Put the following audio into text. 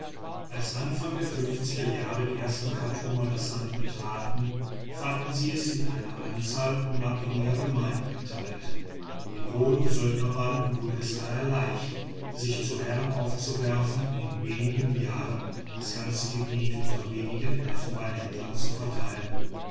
als anfang der fünfziger jahre die ersten chartumer das land betraten fanden sie es in eine anzahl unabhängiger gemeinden geteilt den rohen söldnerbanden wurde es daher leicht sich zu herren aufzuwerfen und in wenigen jahren das ganze gebiet unter wenige elfenbeinhändler zu verteilen